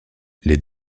les